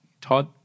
Todd